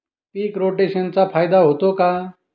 पीक रोटेशनचा फायदा होतो का?